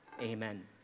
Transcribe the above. amen